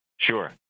Sure